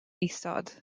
isod